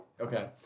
okay